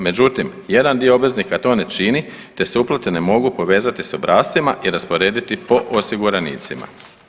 Međutim, jedan dio obveznika to ne čini, te se uplate ne mogu povezati sa obrascima i rasporediti po osiguranicima.